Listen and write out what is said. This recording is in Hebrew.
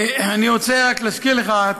אני רוצה להזכיר לך,